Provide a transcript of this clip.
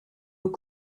aux